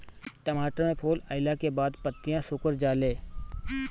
टमाटर में फूल अईला के बाद पतईया सुकुर जाले?